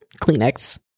Kleenex